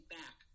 back